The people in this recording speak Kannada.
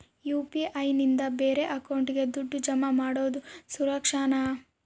ಯು.ಪಿ.ಐ ನಿಂದ ಬೇರೆ ಅಕೌಂಟಿಗೆ ದುಡ್ಡು ಜಮಾ ಮಾಡೋದು ಸುರಕ್ಷಾನಾ?